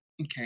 okay